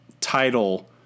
title